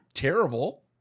terrible